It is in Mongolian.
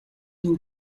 энэ